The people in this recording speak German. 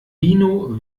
vino